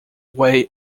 way